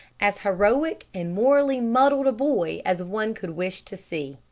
as heroic and morally muddled a boy as one could wish to see.